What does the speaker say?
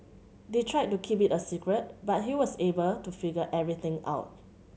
they tried to keep it a secret but he was able to figure everything out